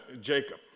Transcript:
Jacob